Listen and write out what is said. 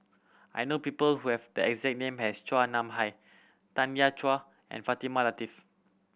I know people who have the exact name as Chua Nam Hai Tanya Chua and Fatimah Lateef